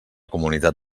comunitat